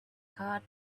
card